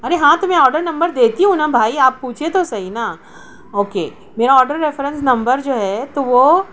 ارے ہاں تو میں آڈر نمبر دیتی ہوں نا بھائی آپ پوچھیں تو صحیح نا اوکے میرا آڈر ریفرینس نمبر جو ہے تو وہ